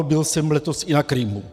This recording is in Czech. Byl jsem letos i na Krymu.